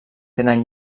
tenen